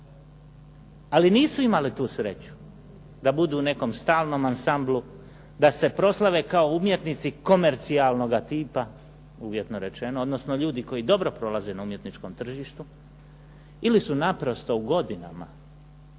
ali nisu imali tu sreću da budu u nekom stalnom ansamblu, da se proslave kao umjetnici komercijalnoga tipa, uvjetno rečeno, odnosno ljudi koji dobro prolaze na umjetničkom tržištu ili su naprosto u godinama